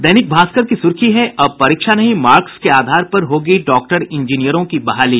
दैनिक भास्कर की सुर्खी है अब परीक्षा नहीं मार्क्स के आधार पर होगी डॉक्टर इंजीनियरों की बहाली